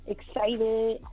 Excited